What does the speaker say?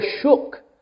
shook